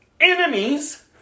enemies